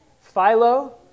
philo